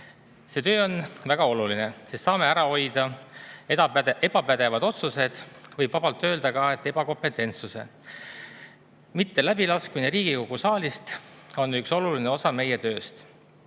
See töö on väga oluline, sest me saame ära hoida ebapädevad otsused. Võib vabalt öelda ka, et ebakompetentsuse mitteläbilaskmine Riigikogu saalist on üks oluline osa meie